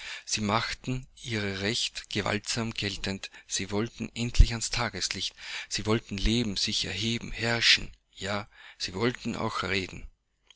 sie machten ihr recht gewaltsam geltend sie wollten endlich ans tageslicht sie wollten leben sich erheben herrschen ja und sie wollten auch reden